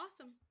Awesome